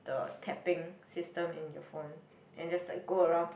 the tapping system in your phone then just like go around to